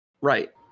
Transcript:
right